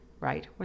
Right